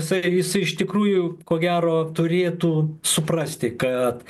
jisai jisai iš tikrųjų ko gero turėtų suprasti kad